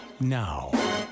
now